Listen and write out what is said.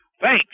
Thanks